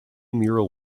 mural